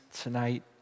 tonight